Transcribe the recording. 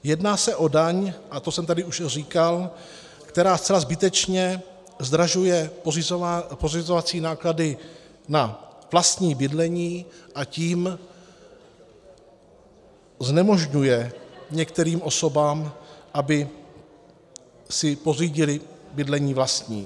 Jedná se o daň a to jsem tady už říkal která zcela zbytečně zdražuje pořizovací náklady na vlastní bydlení, a tím znemožňuje některým osobám, aby si pořídily bydlení vlastní.